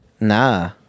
Nah